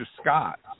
scott